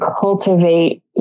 cultivate